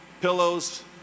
pillows